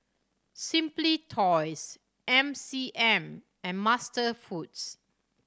Simply Toys M C M and MasterFoods